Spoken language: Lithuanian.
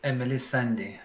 emili sanday